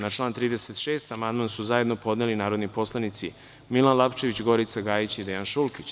Na član 36. amandman su zajedno podneli narodni poslanici Milan Lapčević, Gorica Gajić i Dejan Šulkić.